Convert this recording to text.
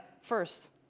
first